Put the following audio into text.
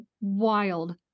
wild